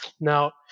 Now